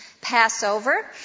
Passover